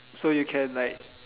so you can like